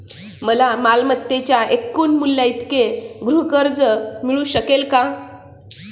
मला मालमत्तेच्या एकूण मूल्याइतके गृहकर्ज मिळू शकेल का?